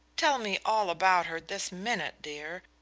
tell me all about her this minute, dear.